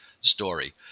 story